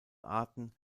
arten